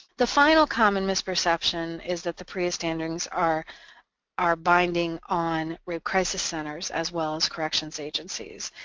the final common misperception is that the prea standards are are binding on rape crisis centers, as well as corrections agencies.